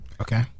Okay